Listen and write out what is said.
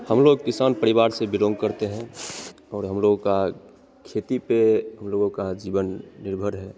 हम लोग किसान परिवार से बिलॉन्ग करते हैं और हम लोगों का खेती पर हम लोगों का जीवन निर्भर है